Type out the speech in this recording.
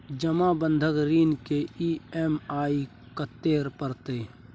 जमा बंधक ऋण के ई.एम.आई कत्ते परतै?